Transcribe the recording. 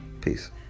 peace